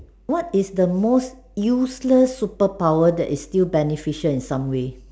what is the most useless superpower that is still beneficial in some way